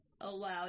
allowed